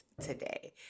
today